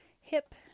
hip